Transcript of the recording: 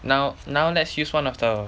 now now let's use one of the